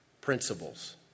principles